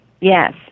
yes